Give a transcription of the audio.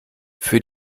für